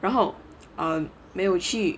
然后 um 没有去